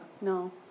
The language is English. No